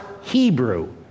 Hebrew